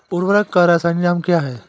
उर्वरक का रासायनिक नाम क्या है?